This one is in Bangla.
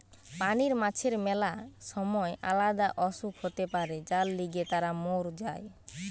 পানির মাছের ম্যালা সময় আলদা অসুখ হতে পারে যার লিগে তারা মোর যায়